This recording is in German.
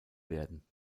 werden